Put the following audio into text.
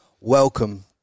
Welcome